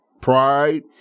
pride